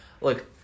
Look